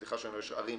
סליחה --- הרבה